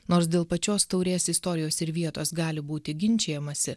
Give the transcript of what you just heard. nors dėl pačios taurės istorijos ir vietos gali būti ginčijamasi